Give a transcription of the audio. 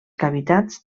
cavitats